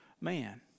man